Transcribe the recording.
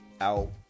out